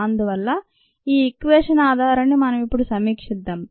అందువల్ల ఈ ఈక్వేషన్ ఆధారాన్ని మనం ఇప్పుడు సమీక్షిద్దాం